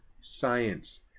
science